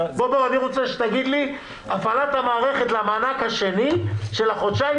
אני לא יודע לתת על זה תשובה.